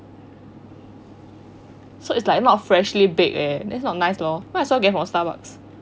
so it's like a lot freshly baked leh then it's not nice lor might as well get from starbucks